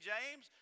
James